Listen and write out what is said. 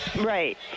Right